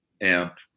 Amp